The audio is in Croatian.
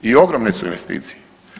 I ogromne su investicije.